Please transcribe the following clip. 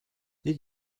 did